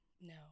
no